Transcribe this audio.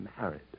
Married